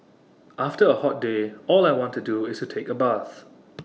after A hot day all I want to do is take A bath